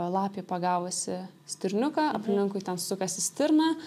lapė pagavusi stirniuką aplinkui ten sukasi stirna